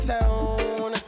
Town